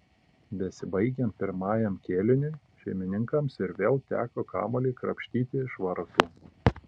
besibaigiant pirmajam kėliniui šeimininkams ir vėl teko kamuolį krapštyti iš vartų